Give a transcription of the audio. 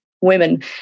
Women